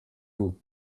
vous